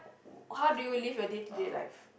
how do you live your day to day life